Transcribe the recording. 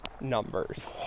numbers